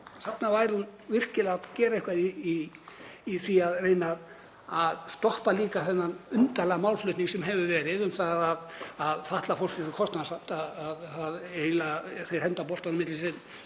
Þarna væri hún virkilega að gera eitthvað í því að reyna að stoppa líka þennan undarlega málflutning sem hefur verið um það að fatlað fólk sé svo kostnaðarsamt. Þau henda boltanum á milli sín,